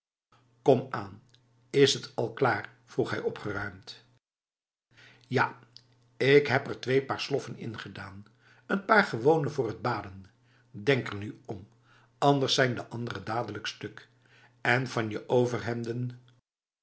komaan is het al klaar vroeg hij opgeruimd ja ik heb er twee paar sloffen in gedaan een paar gewone voor het baden denk er nu om anders zijn de andere dadelijk stuk en van je overhemden